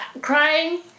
crying